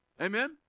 Amen